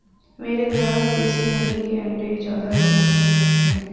मेरे ग्राहक देसी मुर्गी के अंडे ज्यादा लेना पसंद करते हैं